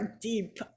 deep